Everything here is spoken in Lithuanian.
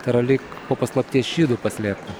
tai yra lyg po paslapties šydu paslėpta